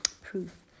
proof